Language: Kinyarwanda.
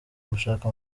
gushaka